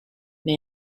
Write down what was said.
may